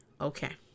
Okay